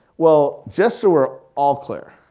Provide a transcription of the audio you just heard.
well just so we're all clear.